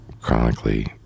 chronically